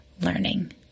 learning